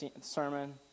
sermon